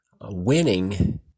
winning